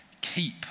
keep